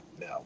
No